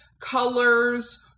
colors